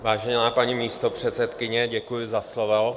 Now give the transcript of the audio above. Vážená paní místopředsedkyně, děkuji za slovo.